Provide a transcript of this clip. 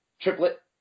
triplet